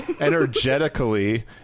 energetically